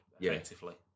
Effectively